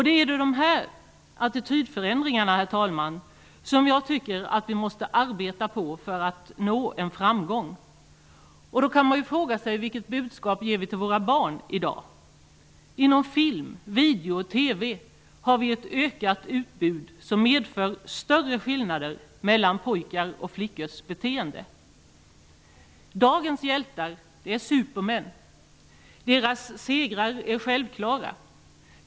Det är sådana attitydförändringar som jag, herr talman, tycker att vi måste arbeta på för att nå framgång. Då kan man fråga sig vilket budskap vi i dag ger våra barn. Inom områdena film, video och TV har vi ett ökat utbud som medför större skillnader mellan pojkars och flickors beteende. Dagens hjältar är supermän. Deras segrar är självklara.